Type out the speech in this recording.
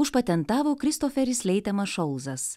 užpatentavo kristoferis leitemas šolzas